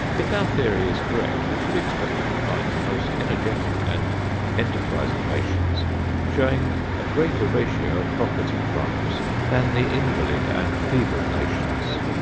if our theory is correct, we should expect to find the most energetic and enterprising nations showing a greater ratio of property crimes than the invalid and feeble nations.